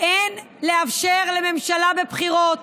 אין לאפשר לממשלה בבחירות,